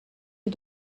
you